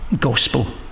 gospel